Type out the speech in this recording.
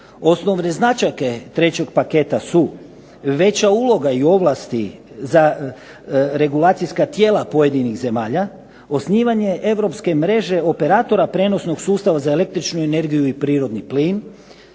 Osnovne značajke trećeg paketa su: veća uloga i ovlasti za regulacijska tijela pojedinih zemalja, osnivanje europske mreže operatora prijenosnog sustava za električnu energiju i prirodni plin,